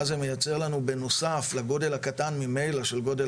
ואז זה מייצר לנו בנוסף לגודל הקטן ממילא של גודל